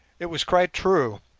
it was quite true,